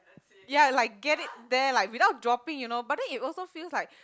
ya like get it there like without dropping you know but then it also feels like